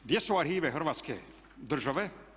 Gdje su arhive Hrvatske države?